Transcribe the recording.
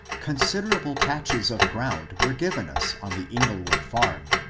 considerable patches of ground were given us on the inglewood farm,